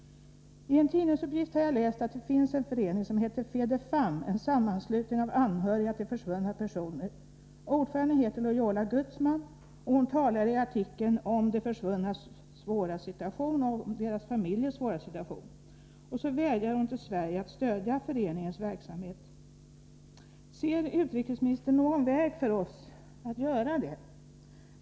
I en tidning har jag funnit uppgiften att det finns en förening som heter Fedefam, en sammanslutning av anhöriga till försvunna personer. Ordföranden heter Loyola Guzman, och hon talar i en artikel om de försvunnas och deras familjers svåra situation. Hon vädjar till Sverige att stödja föreningens verksamhet. Ser utrikesministern någon väg för oss att göra det?